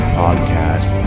podcast